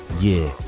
yeah.